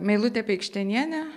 meilute peikšteniene